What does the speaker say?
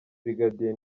brigadier